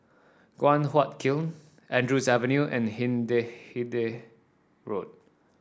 Guan Huat Kiln Andrews Avenue and Hindhede Road